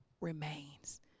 remains